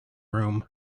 room